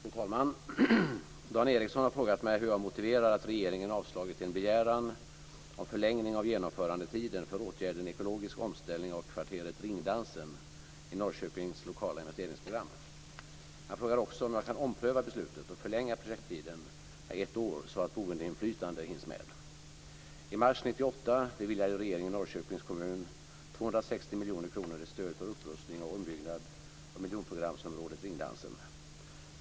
Fru talman! Dan Ericsson har frågat mig hur jag motiverar att regeringen avslagit en begäran om förlängning av genomförandetiden för åtgärden Ekologisk omställning av kvarteret Ringdansen i Norrköpings lokala investeringsprogram. Han frågar också om jag kan ompröva beslutet och förlänga projekttiden med ett år, så att boendeinflytande hinns med. I mars 1998 beviljade regeringen Norrköpings kommun 260 miljoner kronor i stöd för upprustning och ombyggnad av miljonprogramsområdet Ringdansen.